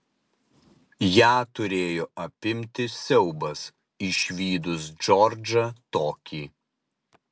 ją turėjo apimti siaubas išvydus džordžą tokį